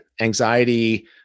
Anxiety